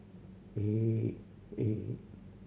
eight eight